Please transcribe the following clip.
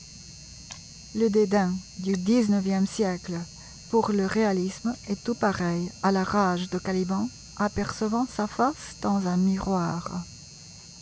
le dédain du xix e siècle pour le réalisme est tout pareil à la rage de caliban apercevant sa face dans un miroir